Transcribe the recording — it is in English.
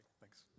Thanks